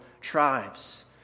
tribes